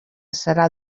serà